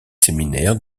séminaire